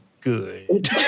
good